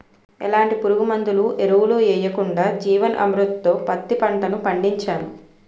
ఎలాంటి పురుగుమందులు, ఎరువులు యెయ్యకుండా జీవన్ అమృత్ తో పత్తి పంట పండించాను